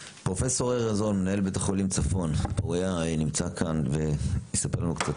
פרופ' ארז און מנהל בית החולים צפון-פוריה נמצא כאן ויספר לנו קצת.